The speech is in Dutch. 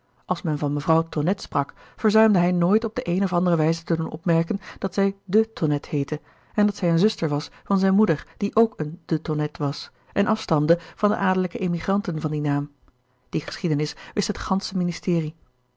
als men van mevrouw tonnette sprak verzuimde hij nooit op de gerard keller het testament van mevrouw de tonnette eene of andêre wijze te doen opmerken dat zij de tonnette heette en dat zij eene zuster was van zijne moeder die ook eene de tonnette was en afstamde van de adellijke emigranten van dien naam die geschiedenis wist het gansche ministerie